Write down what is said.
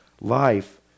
life